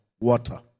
water